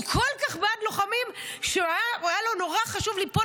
הוא כל כך בעד לוחמים שהיה לו נורא חשוב ליפול